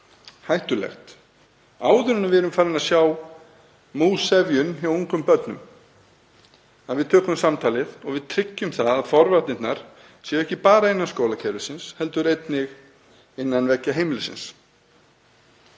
hættulegt, áður en við erum farin að sjá múgsefjun hjá ungum börnum, að við tökum samtalið og tryggjum að forvarnirnar séu ekki bara innan skólakerfisins heldur einnig innan veggja heimilisins.